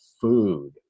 food